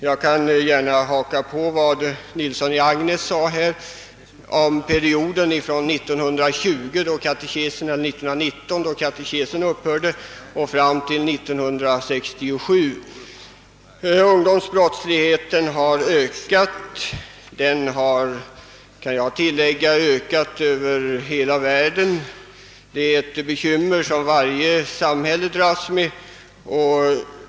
Jag kan anknyta till vad herr Nilsson "i Agnäs sade om perioden från 1919 — då katekesundervisningen upphörde — och fram till 1967. Ungdomsbrottsligheten har ökat. Den har, kan jag tilläg 'ga, ökat över hela världen och utgör ett bekymmer som varje samhälle dras med.